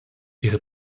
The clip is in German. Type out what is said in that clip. ihre